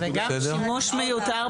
אוקיי.